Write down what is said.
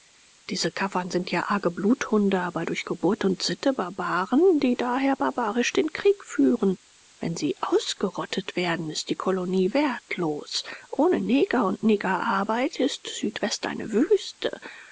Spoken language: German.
diese kaffern sind ja arge bluthunde aber durch geburt und sitte barbaren die daher barbarisch den krieg führen wenn sie ausgerottet werden ist die kolonie wertlos ohne neger und negerarbeit ist südwest eine wüste